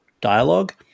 dialogue